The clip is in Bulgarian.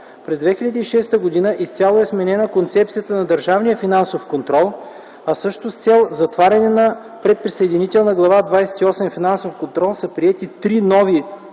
През 2006 г. изцяло е сменена концепцията на Държавния финансов контрол, а също с цел затваряне на предприсъединителна Глава 28 „Финансов контрол”